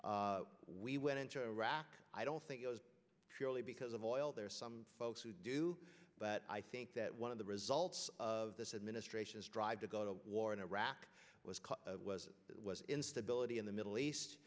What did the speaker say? we went into iraq i don't think surely because of oil there are some folks who do but i think that one of the results of this administration's drive to go to war in iraq was the instability in the middle east